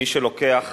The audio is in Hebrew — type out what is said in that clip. מי שלוקח